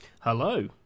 Hello